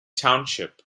township